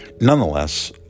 Nonetheless